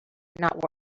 not